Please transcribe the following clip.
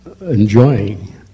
enjoying